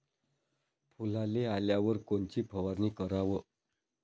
फुलाले आल्यावर कोनची फवारनी कराव?